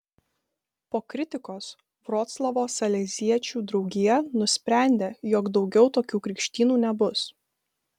po kritikos vroclavo saleziečių draugija nusprendė jog daugiau tokių krikštynų nebus